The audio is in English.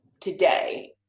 today